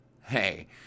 Hey